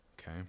okay